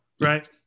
Right